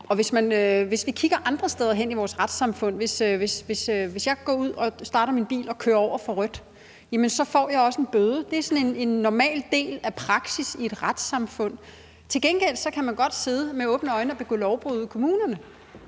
er det sådan, at jeg får en bøde, hvis jeg går ud og starter min bil og kører over for rødt. Det er sådan en normal del af praksis i et retssamfund. Til gengæld kan man godt sidde med åbne øjne og begå lovbrud ude i kommunerne,